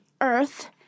earth